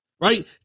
Right